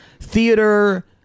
theater